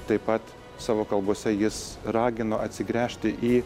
taip pat savo kalbose jis ragino atsigręžti į